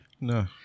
No